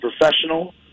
professional